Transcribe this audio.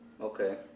Okay